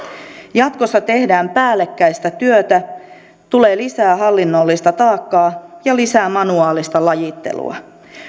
jatkossa tehdään päällekkäistä työtä tulee lisää hallinnollista taakkaa ja lisää manuaalista lajittelua